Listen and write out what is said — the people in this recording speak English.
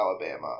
Alabama